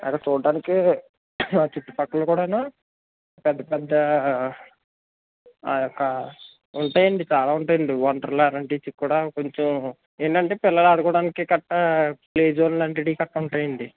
అక్కడ చూడడానికి చుట్టుపక్కల కూడాను పెద్ద పెద్ద ఆ ఆ ఉంటాయండి చాలా ఉంటాయండి వండర్లా అలాంటివి కూడా కొంచెం ఏంటంటే పిల్లలు అడుకోవడానికి గట్రా ప్లే జోన్ లాంటివి గట్రా ఉంటాయండి